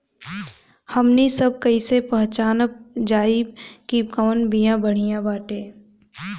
हमनी सभ कईसे पहचानब जाइब की कवन बिया बढ़ियां बाटे?